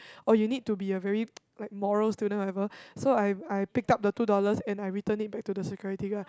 oh you need to be a very like morale student or whatever so I I picked up the two dollars and I returned it back to the security guard